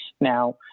Now